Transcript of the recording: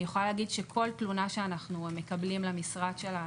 אני יכולה להגיד שכל תלונה שאנחנו מקבלים למשרד שלנו,